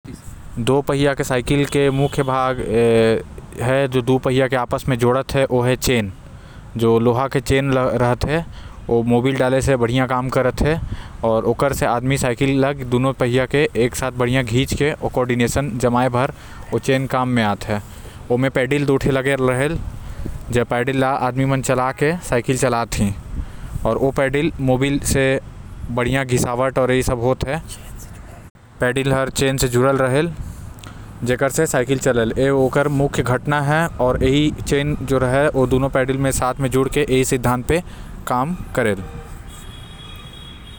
दो पहिया साइकिल के मुख्य भाग हे ओह चैन जो दो पहिया ला जोड़ते आऊ। ओ चैन लोहा के रहते जो मोबिल डाले से अच्छा काम करते आऊ ए चैन बढ़िया से कोऑर्डिनेशन जमा के साईकिल ला अच्छे से चले म ओ चैन काम म आते। ओम पैडल लगे रहते झेल ल आदमी मन पैर से घुमा के चलते आऊ पैडल जो हे ओ चैन से जुडल रहते।